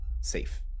safe